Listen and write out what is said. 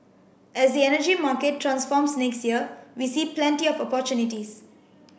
as the energy market transforms next year we see plenty of opportunities